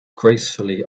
gracefully